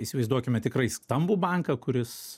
įsivaizduokime tikrai stambų banką kuris